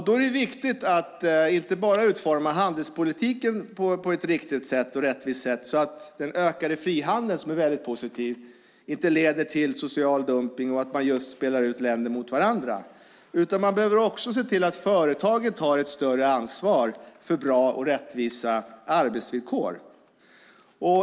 Då är det viktigt att inte bara utforma handelspolitiken på ett riktigt och rättvist sätt så att den ökade frihandeln, som är mycket positiv, inte leder till social dumpning och till att man spelar ut länder mot varandra, utan man behöver också se till att företagen tar ett större ansvar för bra och rättvisa arbetsvillkor.